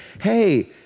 Hey